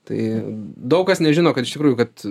tai daug kas nežino kad iš tikrųjų kad